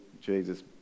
Jesus